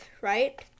right